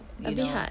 a bit hard